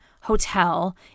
Hotel